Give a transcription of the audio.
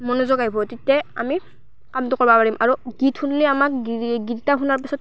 মনোযোগ আহিব তেতিয়াই আমি কামটো কৰিব পাৰিম আৰু গীত শুনিলে আমাক গীত এটা শুনাৰ পাছত